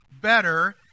better